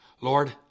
Lord